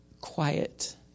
quiet